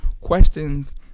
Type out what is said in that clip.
questions